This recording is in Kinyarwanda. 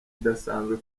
idasanzwe